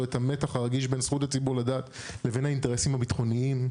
את המתח הרגיש בין זכות הציבור לדעת לבין האינטרסים הביטחוניים.